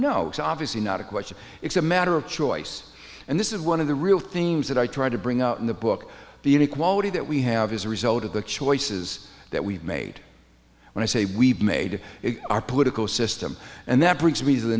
it's obviously not a question it's a matter of choice and this is one of the real themes that i try to bring up in the book the inequality that we have as a result of the choices that we've made when i say we've made it our political system and that brings me to the